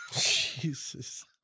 Jesus